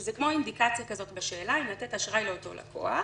שזה כמו אינדיקציה כזאת בשאלה אם לתת אשראי לאותו לקוח